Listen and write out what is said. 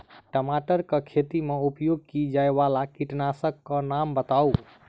टमाटर केँ खेती मे उपयोग की जायवला कीटनासक कऽ नाम बताऊ?